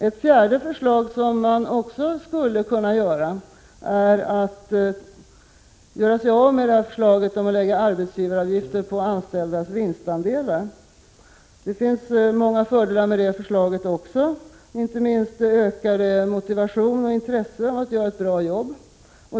Ytterligare en sak som man skulle kunna göra är att ta tillbaka förslaget om att lägga arbetsgivaravgifter på de anställdas vinstandelar. Det finns många fördelar med detta; inte minst ökas motivation och intresse för att göra ett bra jobb.